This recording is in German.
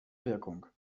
wirkung